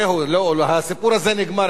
זהו, הסיפור הזה נגמר,